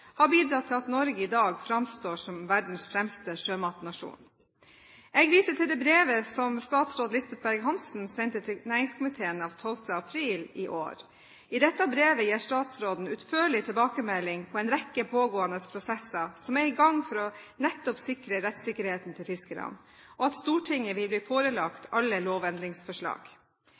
har bidratt til at Norge i dag framstår som verdens fremste sjømatnasjon. Jeg viser til det brevet som statsråd Lisbeth Berg-Hansen sendte til næringskomiteen den 12. april i år. I dette brevet gir statsråden utførlig tilbakemelding på en rekke pågående prosesser som er i gang for nettopp å sikre rettssikkerheten til fiskerne, og at Stortinget vil bli forelagt alle lovendringsforslag.